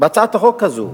בהצעת החוק הזאת,